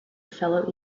fellow